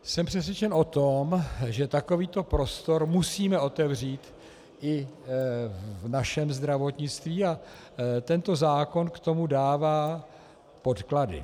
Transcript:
Jsem přesvědčen o tom, že takovýto prostor musíme otevřít i v našem zdravotnictví, a tento zákon k tomu dává podklady.